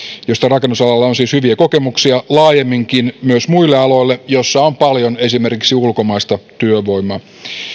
josta rakennusalalla on siis hyviä kokemuksia laajemminkin myös muille aloille joilla on paljon esimerkiksi ulkomaista työvoimaa